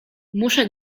muszę